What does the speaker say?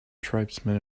tribesmen